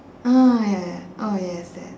oh ya ya ya oh yes that